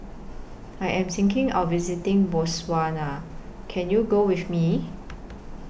I Am thinking of visiting Botswana Can YOU Go with Me